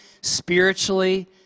spiritually